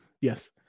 Yes